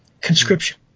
conscription